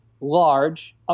large